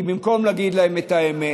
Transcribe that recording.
כי במקום להגיד להם את האמת: